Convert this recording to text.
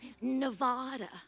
Nevada